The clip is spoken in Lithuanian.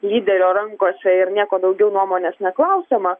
lyderio rankose ir nieko daugiau nuomonės neklausiama